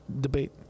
debate